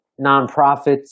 nonprofits